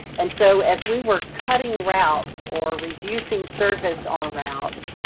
and so as we were cutting routes or reducing service on routes,